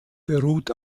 beruht